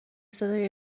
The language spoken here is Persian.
صدای